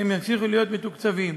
שהם ימשיכו להיות מתוקצבים.